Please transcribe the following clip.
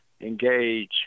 engage